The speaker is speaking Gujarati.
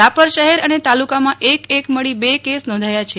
રાપર શહેર અને તાલુકામાં એક એક મળી ર કેસ નોંધાયા છે